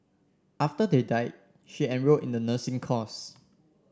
after they died she enrolled in the nursing course